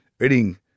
Eating